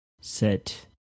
set